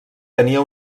tenia